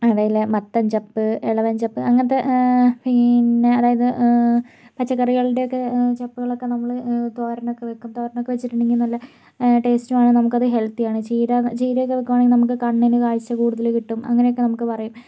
അവയിലെ മത്തൻ ചപ്പ് എളവൻ ചപ്പ് അങ്ങനത്തെ പിന്നെ അതായത് പച്ചക്കറികളുടെയൊക്കെ ചപ്പുകളൊക്കെ നമ്മള് തോരനൊക്കെ വെക്കും തോരനൊക്കെ വെച്ചിട്ടുണ്ടെങ്കില് നല്ല ടേസ്റ്റു ആണ് നമുക്കത് ഹെൽത്തിയാണ് ചീരാ ചീരയൊക്കെ വെക്കു ആണെങ്കിൽ നമുക്ക് കണ്ണിന് കാഴ്ച്ച കൂടുതല് കിട്ടും അങ്ങനെയൊക്കെ നമുക്ക് പറയും